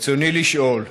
ברצוני לשאול: